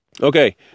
Okay